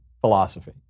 philosophy